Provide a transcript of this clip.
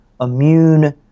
immune